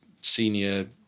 senior